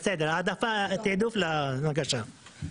בסדר, תעדוף להנגשה.